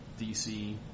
DC